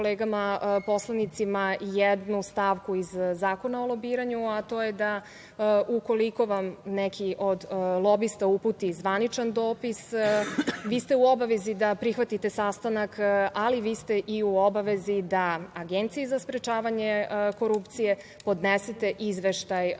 poslanicima jednu stavku iz Zakona o lobiranju, a to je da ukoliko vam neki od lobista uputi zvaničan dopis vi ste u obavezi da prihvatite sastanak, ali vi ste i u obavezi da Agenciji za sprečavanje korupcije podnesete izveštaj